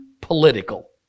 political